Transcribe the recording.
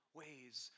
ways